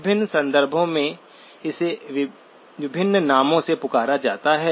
विभिन्न संदर्भों में इसे विभिन्न नामों से पुकारा जाता है